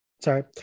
Sorry